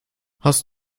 hast